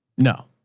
no.